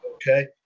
Okay